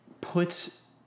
puts